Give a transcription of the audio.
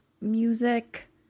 music